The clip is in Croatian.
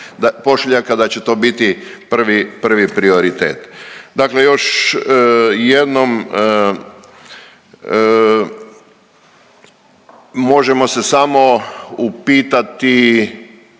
da će to biti prvi, prvi prioritet. Dakle još jednom, možemo se samo upitati